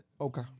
Okay